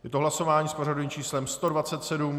Je to hlasování s pořadovým číslem 127.